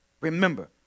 Remember